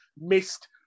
missed